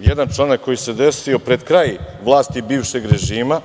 jedan članak koji se desio pred kraj vlasti bivšeg režima.